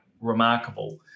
remarkable